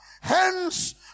Hence